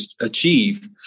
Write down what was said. achieve